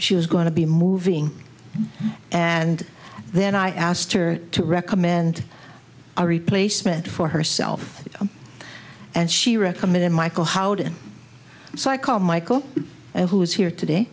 she was going to be moving and then i asked her to recommend a replacement for herself and she recommended michael howden so i called michael who is here today